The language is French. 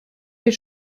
les